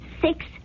six